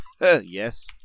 Yes